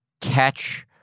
catch